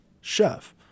chef